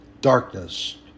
darkness